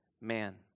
man